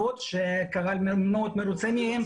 שתלמידים רוצים.